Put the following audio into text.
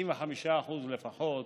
כאשר לפחות